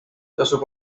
tasub